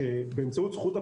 אז קודם כל שלום לכולם,